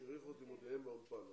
שהאריכו את לימודיהם באולפן.